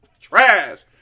Trash